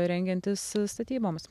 rengiantis statyboms